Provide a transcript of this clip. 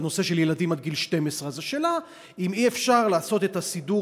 בנושא של ילדים עד גיל 12. אז השאלה היא אם אי-אפשר לעשות את הסידור